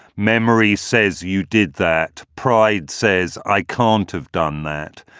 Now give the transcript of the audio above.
memories. says you did that. pride says, i can't have done that.